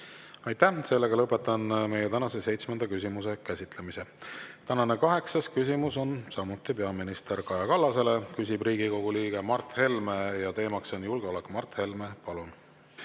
Aitäh! Lõpetan meie tänase seitsmenda küsimuse käsitlemise. Tänane kaheksas küsimus on samuti peaminister Kaja Kallasele, küsib Riigikogu liige Mart Helme ja teema on julgeolek. Mart Helme, palun!